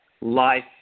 life